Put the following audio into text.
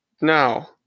now